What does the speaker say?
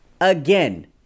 Again